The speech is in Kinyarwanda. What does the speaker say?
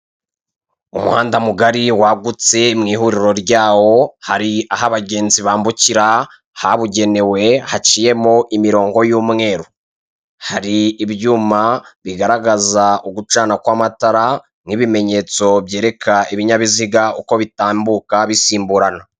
Umuhanda mugari wagutse mu ihuriro ryawo, hari aho abagenzi bambukira habugenewe haciyemo imirongo y'umweru, hari ibyuma bigaragaza ugucana kw'amatara n'ibimenyetso byereka ibinyabiziga uko bitambuka bisimburana.